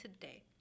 today